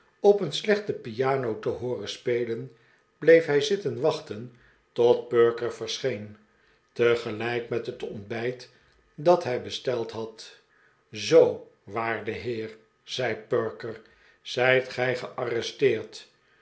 op een slechte piano te hooren spelen bleef hij zitten wachten tot perker verscheen tegelijk met het ontbijt dat hij besteld had zoo waarde heer zei perker zijt gij gearresteerd